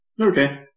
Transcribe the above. Okay